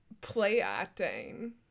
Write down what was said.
play-acting